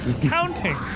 counting